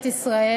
שכיר,